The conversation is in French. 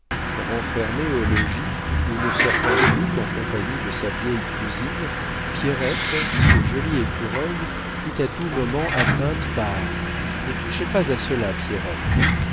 renfermée au logis ou ne sortant plus qu'en compagnie de sa vieille cousine pierrette ce joli écureuil fut à tout moment atteinte par ne touche pas à cela